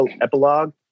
epilogue